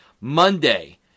Monday